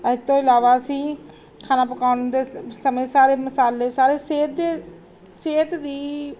ਇਹ ਤੋਂ ਇਲਾਵਾ ਅਸੀਂ ਖਾਣਾ ਪਕਾਉਣ ਦੇ ਸ ਸਮੇਂ ਸਾਰੇ ਮਸਾਲੇ ਸਾਰੇ ਸਿਹਤ ਦੇ ਸਿਹਤ ਦੀ